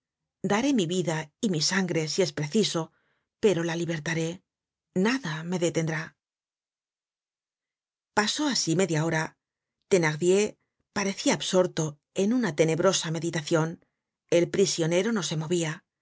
daré mi vida y mi sangre si es preciso pero la libertaré nada me detendrá pasó asi media hora thenardier parecia absorto en una tenebrosa meditacion el prisionero no se movia